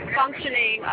functioning